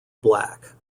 black